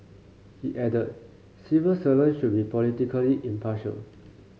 he added civil servant should be politically impartial